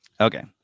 Okay